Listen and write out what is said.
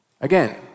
Again